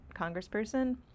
congressperson